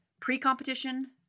pre-competition